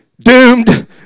Doomed